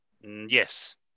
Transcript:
Yes